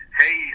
hey